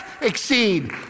exceed